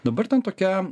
dabar ten tokia